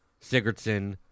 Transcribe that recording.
Sigurdsson